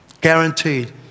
Guaranteed